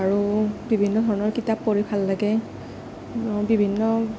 আৰু বিভিন্ন ধৰণৰ কিতাপ পঢ়ি ভাল লাগে বিভিন্ন